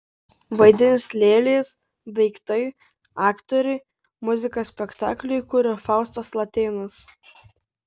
vaidins lėlės daiktai aktoriai muziką spektakliui kuria faustas latėnas